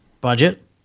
budget